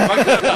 אמרתי, מה קרה?